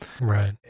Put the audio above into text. right